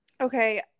okay